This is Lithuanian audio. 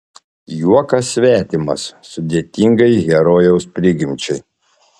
juokas svetimas sudėtingai herojaus prigimčiai